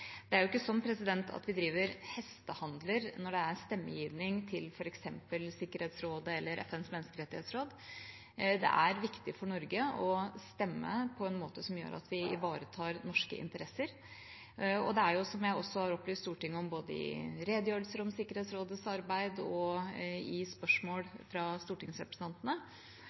Det er ikke sånn at vi driver hestehandler når det er stemmegivning til f.eks. Sikkerhetsrådet eller FNs menneskerettighetsråd. Det er viktig for Norge å stemme på en måte som gjør at vi ivaretar norske interesser. Og det er – som jeg også har opplyst Stortinget om både i redegjørelser om Sikkerhetsrådets arbeid og på spørsmål fra stortingsrepresentantene